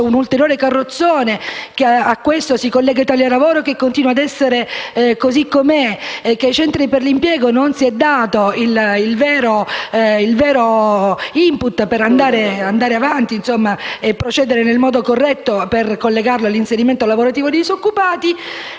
un ulteriore carrozzone - mi riferisco ad Italia lavoro, che continua ad essere così com'è - e i centri per l'impiego, cui non è stato dato il vero *input* per andare avanti e procedere nel modo corretto per collegarli all'inserimento lavorativo dei disoccupati,